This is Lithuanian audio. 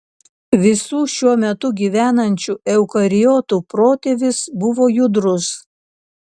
visų šiuo metu gyvenančių eukariotų protėvis buvo judrus